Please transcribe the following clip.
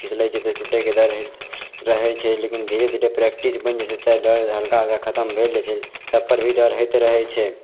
फिसलय छै तऽ टूटयके डर होइत रहय छै लेकिन धीरे धीरे प्रैक्टिस बनि जाइ छै तब डर हल्का हल्का खत्म भेल जाइ छै तबपर भी डर होइत रहय छै